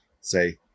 say